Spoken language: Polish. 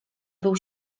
był